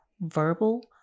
verbal